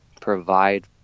provide